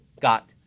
got